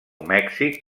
mèxic